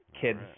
Kids